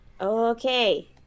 Okay